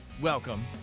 Welcome